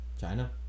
China